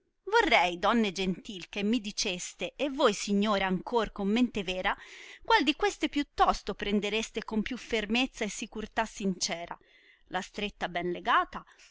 vorrei donne gentil che mi diceste e voi signor ancor con mente vera qual di queste più tosto prendereste con più fermezza e sicurtà sincera la stretta ben legata